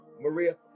maria